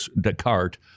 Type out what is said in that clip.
Descartes